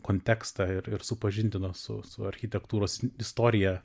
kontekstą ir ir supažindino su su architektūros istorija